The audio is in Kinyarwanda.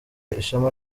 ishema